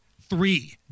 Three